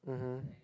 mhm